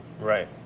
Right